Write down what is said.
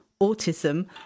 autism